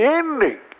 ending